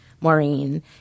Maureen